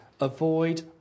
Avoid